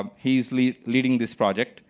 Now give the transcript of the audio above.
he's leading leading this project.